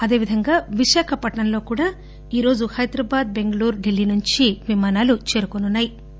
అదేవిధంగా విశాఖపట్నంలో కూడా ఈరోజు హైద్రాబాద్ బెంగుళూరు ఢిల్లీ నుంచి విమానాలు చేరుకోనున్నా యి